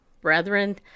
brethren